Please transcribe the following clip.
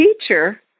teacher